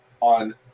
on